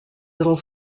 little